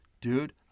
Dude